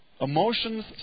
Emotions